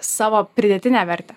savo pridėtinę vertę